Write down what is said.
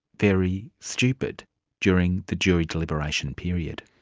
very stupid during the jury deliberation period.